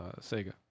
Sega